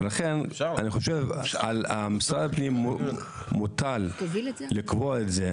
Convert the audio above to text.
ולכן, אני חושב שעל משרד הפנים מוטל לקבוע את זה